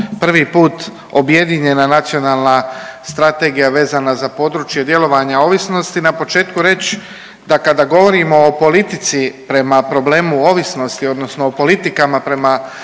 prvi put objedinjena Nacionalna strategija vezana za područje djelovanja ovisnosti na početku reći da kada govorimo o politici prema problemu ovisnosti, odnosno o politikama prema